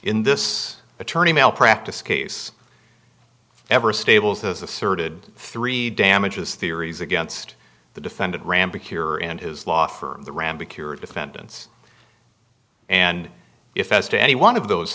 in this attorney male practice case ever stables has asserted three damages theories against the defendant ramberg here in his law firm the ram be cured defendants and if s to any one of those